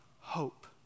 hope